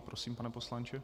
Prosím, pane poslanče.